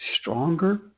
Stronger